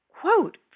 quote